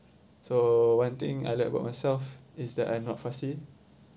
so one thing I like about myself is that I'm not fussy